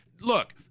look